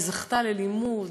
היא זכתה ללימוד.